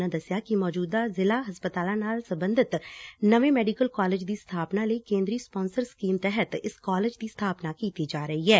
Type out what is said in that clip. ਉਨ੍ਹਾਂ ਦਸਿਆ ਕਿ ਮੌਜੂਦਾ ਜ਼ਿਲ੍ਹਾਰੈਫਰਲ ਹਸਪਤਾਲਾਂ ਨਾਲ ਸਬੰਧਤ ਨਵੇਂ ਮੈਡੀਕਲ ਕਾਲਜ ਦੀ ਸਬਾਪਨਾ ਲਈ ਕੇਂਦਰੀ ਸਪਾਂਸਰ ਸਕੀਮ ਤਹਿਤ ਇਸ ਕਾਲਜ ਦੀ ਸਬਾਪਨਾ ਕੀਤੀ ਜਾ ਰਹੀ ਐ